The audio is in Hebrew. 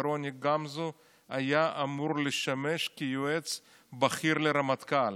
ורוני גמזו היה אמור לשמש כיועץ בכיר לרמטכ"ל.